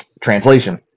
translation